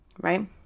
right